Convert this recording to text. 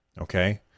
okay